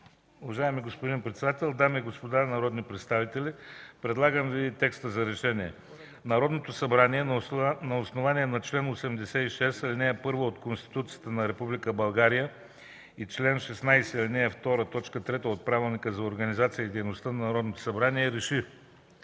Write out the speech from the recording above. Уважаеми господин председател, дами и господа народни представители! Представям Ви текста за Решение: „Народното събрание на основание чл. 86, ал. 1 от Конституцията на Република България и чл. 16, ал. 2, т. 3 от Правилника за организацията и дейността на Народното събрание РЕШИ: